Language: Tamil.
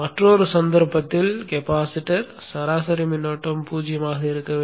மற்றொரு சந்தர்ப்பத்தில் கெப்பாசிட்டர் சராசரி மின்னோட்டம் 0 ஆக இருக்க வேண்டும்